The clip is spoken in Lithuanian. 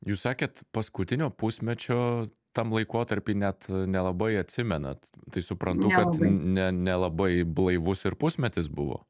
jūs sakėt paskutinio pusmečio tam laikotarpy net nelabai atsimenat tai suprantu kad ne nelabai blaivus ir pusmetis buvo